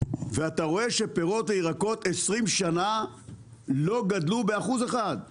ואתה רואה שפירות וירקות לא גדלו באחוז אחד במשך 20 שנה.